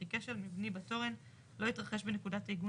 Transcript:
וכי כשל מבני בתורן לא יתרחש בנקודת העיגון